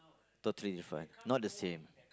totally different not the same